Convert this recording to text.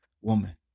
woman